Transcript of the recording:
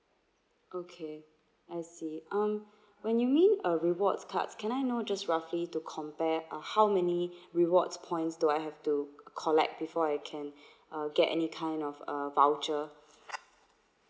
okay I see um when you mean uh rewards cards can I know just roughly to compare uh how many rewards points do I have to collect before I can uh get any kind of uh voucher